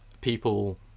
People